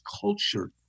culture